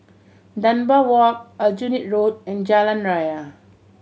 Dunbar Walk Aljunied Road and Jalan Raya